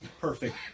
perfect